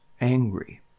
angry